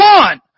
one